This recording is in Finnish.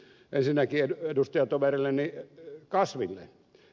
ensinnäkin edustajatoverilleni kasville